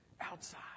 outside